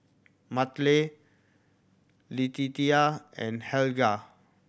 Mattye Letitia and Helga